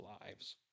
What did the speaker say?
lives